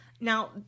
Now